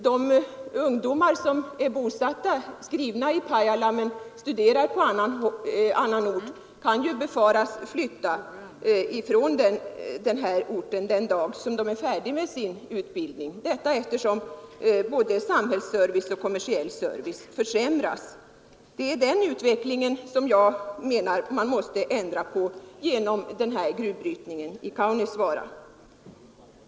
De ungdomar som är skrivna i Pajala men studerar på annan ort kan befaras flytta från hemorten den dag då de är färdiga med sin utbildning; detta eftersom både samhällsservice och kommersiell service försämras. Det är den utvecklingen som jag menar att man måste ändra på genom igångsättande av malmbrytning i Kaunisvaara.